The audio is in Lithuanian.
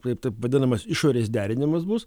taip taip vadinamas išorės derinimas bus